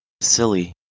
silly